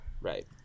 Right